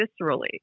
viscerally